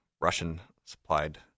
Russian-supplied